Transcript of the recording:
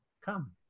come